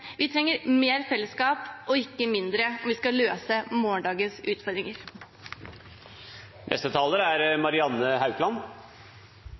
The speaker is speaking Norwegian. Vi trenger mer felleskap, og ikke mindre, hvis vi skal løse morgendagens utfordringer. Norge er